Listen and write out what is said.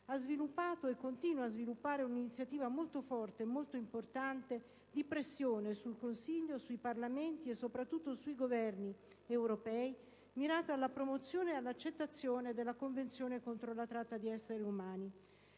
ha sviluppato e continua sviluppare una iniziativa molto forte e molto importante di pressione sul Consiglio, sui Parlamenti e soprattutto sui Governi europei, mirata alla approvazione ed accettazione della Convenzione contro la tratta di esseri umani.